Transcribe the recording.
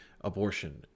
abortion